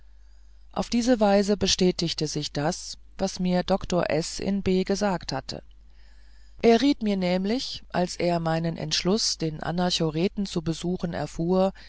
auf diese weise bestätigte sich das was mir doktor s in b gesagt hatte er riet mir nämlich als er meinen entschluß den anachoreten zu besuchen erfuhr